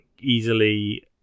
easily